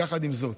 יחד עם זאת,